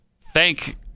thank